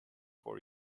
for